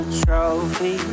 trophy